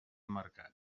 mercat